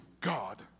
God